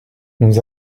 nous